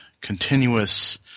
continuous